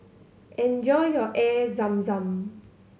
enjoy your Air Zam Zam